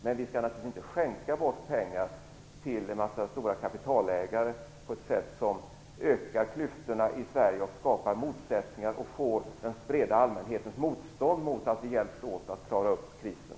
Men vi skall naturligtvis inte skänka bort pengar till en mängd stora kapitalägare på ett sätt som ökar klyftorna i Sverige, skapar motsättningar och leder till att vi får den breda allmänhetens motstånd mot att vi hjälps åt att klara upp krisen.